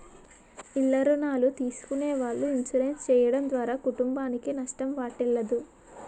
ఇల్ల రుణాలు తీసుకునే వాళ్ళు ఇన్సూరెన్స్ చేయడం ద్వారా కుటుంబానికి నష్టం వాటిల్లదు